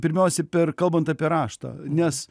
pirmiausiai per kalbant apie raštą nes